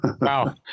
Wow